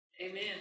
Amen